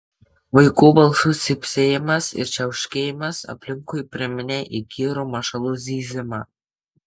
vaikų balsų cypsėjimas ir čiauškėjimas aplinkui priminė įkyrų mašalų zyzimą